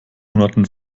monaten